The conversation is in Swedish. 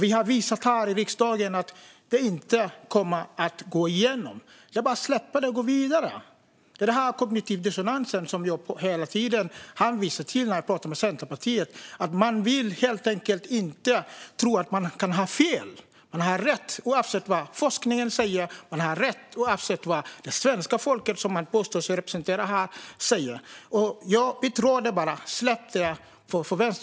Vi har visat här i riksdagen att det inte kommer att gå igenom. Det är bara att släppa det och gå vidare. Det är denna kognitiva dissonans jag hela tiden hänvisar till när jag pratar med Centerpartiet. Man vill helt enkelt inte tro att man kan ha fel. Man har rätt avsett vad forskningen säger. Man har rätt oavsett vad svenska folket säger, som man påstår sig representera. Man bara tror det. Släpp det!